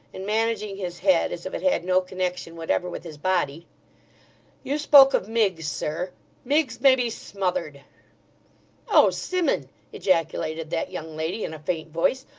and managing his head as if it had no connection whatever with his body you spoke of miggs, sir miggs may be smothered oh simmun ejaculated that young lady in a faint voice.